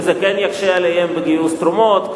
וזה כן יקשה עליהן בגיוס תרומות,